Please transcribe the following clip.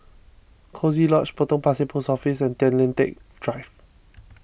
Coziee Lodge Potong Pasir Post Office and Tay Lian Teck Drive